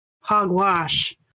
hogwash